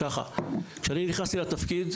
כשאני נכנסתי לתפקיד,